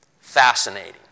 Fascinating